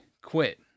quit